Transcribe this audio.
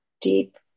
deep